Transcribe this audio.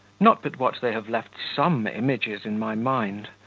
not but what they have left some images in my mind.